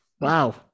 Wow